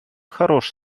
хорош